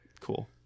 Cool